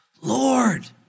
Lord